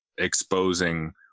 exposing